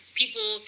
people